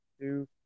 two